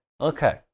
Okay